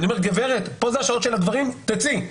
גברת, זה השעות של הגברים, תצאי.